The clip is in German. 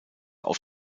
auf